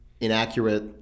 inaccurate